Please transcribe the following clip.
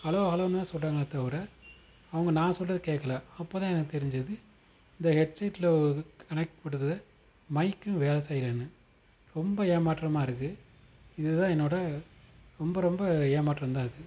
hello ஹலோன்னு தான் சொல்றாங்களே தவிர அவங்க நான் சொல்கிறது கேட்கல அப்போ தான் எனக்கு தெரிஞ்சது இந்த ஹெட்செடில் கனெக்ட் பண்ணுறதுல மைக்கும் வேலை செய்யலன்னு ரொம்ப ஏமாற்றமாக இருக்கும் இதுதான் என்னோடய ரொம்ப ரொம்ப ஏமாற்றம்தான் அது